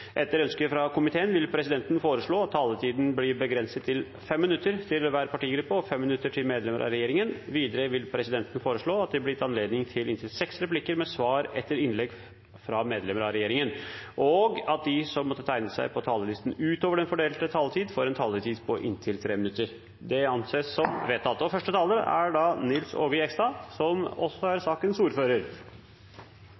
Etter ønske fra utenriks- og forsvarskomiteen vil presidenten foreslå at taletiden blir begrenset til 5 minutter til hver partigruppe og 5 minutter til medlemmer av regjeringen. Videre vil presidenten foreslå at det blir gitt anledning til inntil seks replikker med svar etter innlegg fra medlemmer av regjeringen, og at de som måtte tegne seg på talerlisten utover den fordelte taletid, får en taletid på inntil 3 minutter. – Det anses vedtatt. Bakgrunnen for saken er